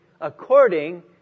according